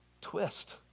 twist